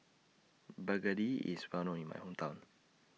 Begedil IS Well known in My Hometown